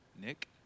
Nick